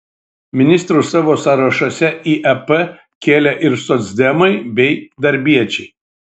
ministrus savo sąrašuose į ep kėlė ir socdemai bei darbiečiai